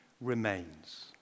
remains